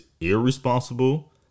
irresponsible